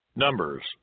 Numbers